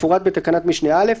כמפורט בתקנת משנה (א),